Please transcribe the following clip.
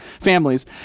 families